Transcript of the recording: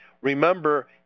Remember